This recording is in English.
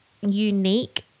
unique